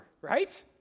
right